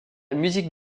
musique